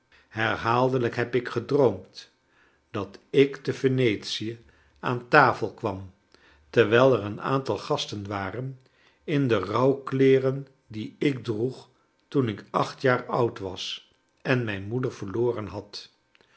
herhaaldelijk heb ik gedroomd dat ik te venetie aan tafel kwam terwijl er een aantal gas ten war en in de rouwkleeren die ik droeg toen ik acht jaar oud was en mijn moeder verloren had